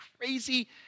crazy